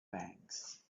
banks